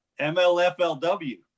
MLFLW